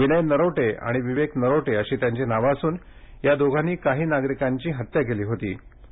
विनय नरोटे आणि विवेक नरोटे अशी त्यांची नावं असून या दोघांनी काही नागरिकांच्या हत्या केल्या होत्या